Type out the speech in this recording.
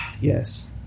yes